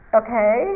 okay